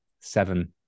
seven